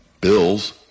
Bills